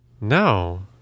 No